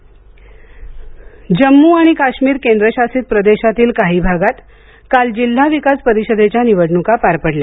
जम्मू काश्मीर जम्मू आणि काश्मीर केंद्रशासित प्रदेशातील काही भागात काल जिल्हा विकास परिषदेच्या निवडणुका पार पडल्या